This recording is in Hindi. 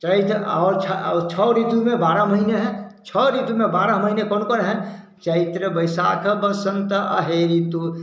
चैत और छः और छः ऋतु में बारह महीने है छः ऋतु में बारह महीने कौन कौन है चैत्र वैसाख बसंत अहे ऋतु